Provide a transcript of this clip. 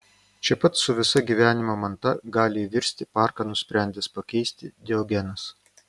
čia pat su visa gyvenimo manta gali įvirsti parką nusprendęs pakeisti diogenas